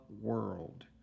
world